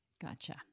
Gotcha